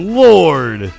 lord